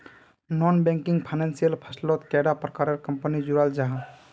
Non banking financial फसलोत कैडा प्रकारेर कंपनी जुराल जाहा?